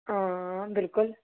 हां बिल्कुल